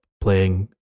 playing